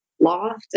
loft